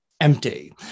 empty